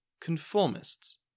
conformists